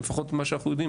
אבל לפחות מה שאנחנו יודעים,